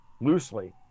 loosely